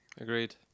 Agreed